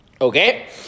Okay